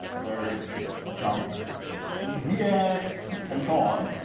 there's jump ebx, and so on.